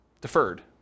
deferred